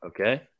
Okay